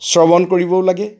শ্ৰৱণ কৰিবও লাগে